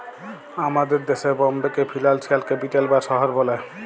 আমাদের দ্যাশে বম্বেকে ফিলালসিয়াল ক্যাপিটাল বা শহর ব্যলে